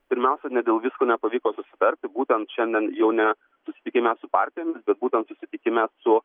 pirmiausia dėl visko nepavyko susitarti būtent šiandien jau ne susitikime su partijomis bet būtent susitikime su